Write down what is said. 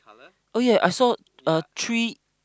oh yeah I saw a tree